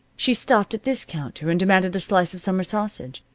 she stopped at this counter and demanded a slice of summer sausage.